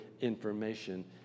information